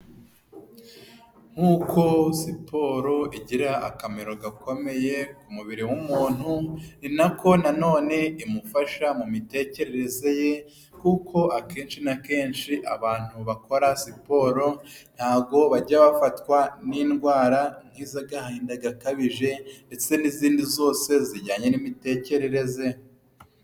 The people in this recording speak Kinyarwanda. Nkuko siporo igira akamaro gakomeye ku mubiri w'umuntu ni nako nanone imufasha mu mitekerereze ye, kuko akenshi na kenshi abantu bakora siporo, ntago bajya bafatwa n'indwara nkiz'agahinda gakabije, ndetse n'izindi zose zijyanye n'imitekerereze.